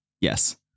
Yes